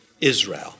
Israel